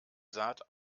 saat